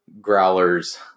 growlers